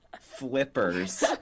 flippers